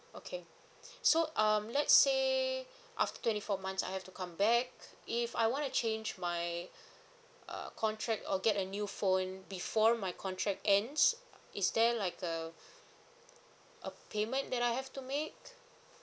okay so um let's say after twenty four months I have to come back if I wanna change my uh contract or get a new phone before my contract ends is there like a a payment that I have to make